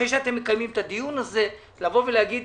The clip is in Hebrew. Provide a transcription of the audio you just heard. אחרי שאתם מקיימים את הדיון - אי אפשר